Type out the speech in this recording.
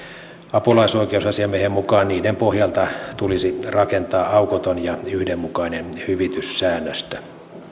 apulaisoikeusasiamiehen mukaan niiden pohjalta tulisi rakentaa aukoton ja yhdenmukainen hyvityssäännöstö